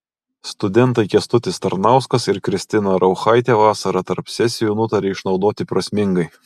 studentai kęstutis tarnauskas ir kristina rauchaitė vasarą tarp sesijų nutarė išnaudoti prasmingai